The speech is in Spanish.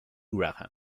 graham